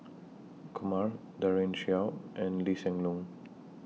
Kumar Daren Shiau and Lee Hsien Loong